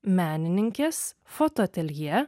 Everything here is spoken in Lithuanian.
menininkės fotoateljė